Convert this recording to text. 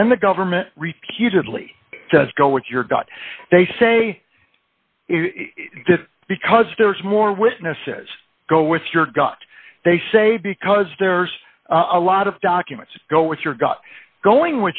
and then the government repeatedly says go what you're got they say because there's more witnesses go with your gut they say because there's a lot of documents to go with your got going